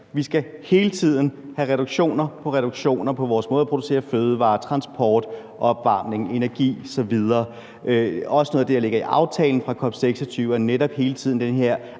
Vi skal hele tiden have reduktioner på reduktioner i vores måde at producere fødevarer på og inden for transport, opvarmning, energi osv. Noget af det, der også ligger i aftalen fra COP26, er netop den her